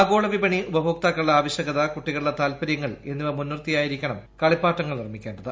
ആഗോള വിപണി ഉപഭോക്താക്കളുടെ ആവശ്യകത കുട്ടികളുടെ താല്പരൃങ്ങൾ എന്നിവ മുൻനിർത്തിയായിരിക്കണം കളിപ്പാട്ടങ്ങൾ നിർമ്മിക്കേണ്ടത്